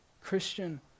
Christian